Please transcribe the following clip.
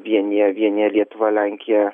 vienija vienija lietuvą lenkiją